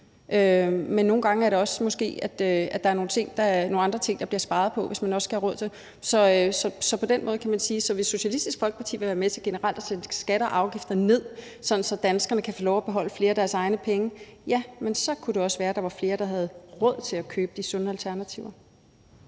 Men nogle gange handler det måske også om, at der er nogle andre ting, der bliver sparet på, hvis også man skal have råd til det. Så på den måde kan man sige, at hvis Socialistisk Folkeparti vil være med til generelt at sætte skatter og afgifter ned, så danskerne kan få lov til at beholde flere af deres egne penge, så kunne det også være, at der var flere, der havde råd til at købe de sunde alternativer.